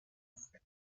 هست